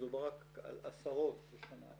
מדובר רק על עשרות בשנה.